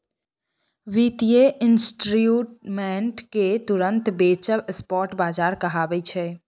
बित्तीय इंस्ट्रूमेंट केँ तुरंत बेचब स्पॉट बजार कहाबै छै